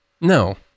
No